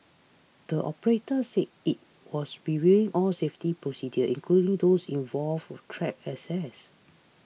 the operator said it was be reviewing all safety procedures including those involve track access